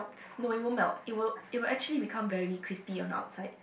no it won't melt it will it will actually become crispy on the outside